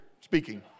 speaking